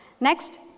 Next